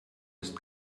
ist